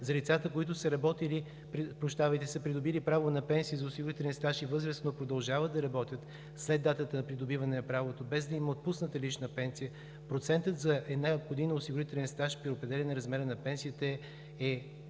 за лицата, които са придобили право на пенсия за осигурителен стаж и възраст, но продължават да работят след датата на придобиване правото, без да им е отпусната лична пенсия, процентът за една година осигурителен стаж при определен размер на пенсията е